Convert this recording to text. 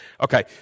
Okay